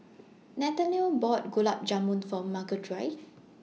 Nathaniel bought Gulab Jamun For Marguerite